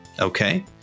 Okay